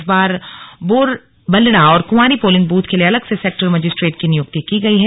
इस बार बोरबलड़ा और कुंवारी पोलिंग बूथ के लिए अलग से सेक्टर मजिस्ट्रेट की नियुक्ति की गई है